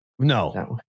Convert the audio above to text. No